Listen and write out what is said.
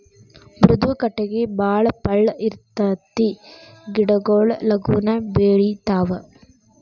ಮೃದು ಕಟಗಿ ಬಾಳ ಪಳ್ಳ ಇರತತಿ ಗಿಡಗೊಳು ಲಗುನ ಬೆಳಿತಾವ